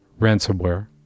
ransomware